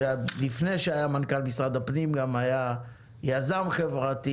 שלפני שהיה מנכ"ל משרד הפנים היה יזם חברתי